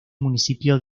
municipio